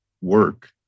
work